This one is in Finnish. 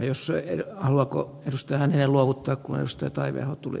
jos se ei alkuopetusta hän heiluttaa kuin ostotaimiaho tuli